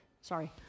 Sorry